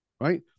Right